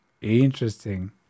interesting